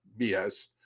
BS